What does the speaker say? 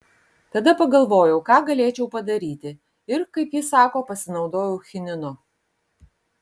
tada pagalvojau ką galėčiau padaryti ir kaip ji sako pasinaudojau chininu